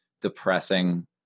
depressing